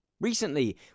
Recently